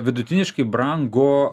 vidutiniškai brango